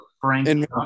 Frank